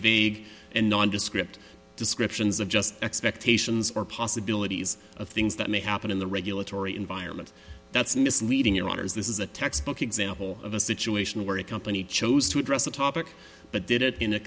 vague and nondescript descriptions of just expectations or possibilities of things that may happen in the regulatory environment that's misleading your honour's this is a textbook example of a situation where a company chose to address the topic but did it in a